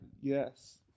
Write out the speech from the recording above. Yes